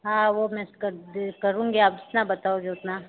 हाँ वो मैं करुँगी आप जितना बताओगे उतना